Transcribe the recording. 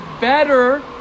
better